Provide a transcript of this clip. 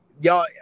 y'all